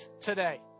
today